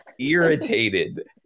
irritated